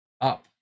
Up